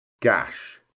gash